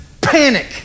panic